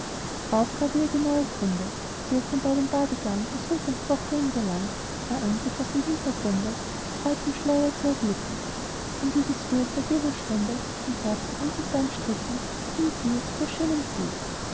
drauf gab er ihr genaue kunde wie gestern bei dem badegang der sultanstochter ihm gelang ihr antlitz aus dem hintergrunde befreit vom schleier zu erblicken und wie dies bild seit jener stunde sein herz an unsichtbaren stricken hinziehe zu der schönen fee